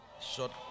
Short